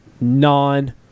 non